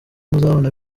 muzabana